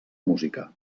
música